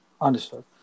Understood